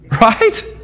Right